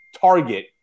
target